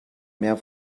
mehr